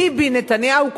ביבי נתניהו,